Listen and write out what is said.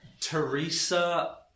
Teresa